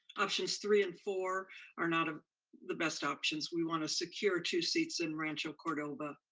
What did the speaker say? options three and four are not ah the best options. we wanna secure two seats in rancho cordova.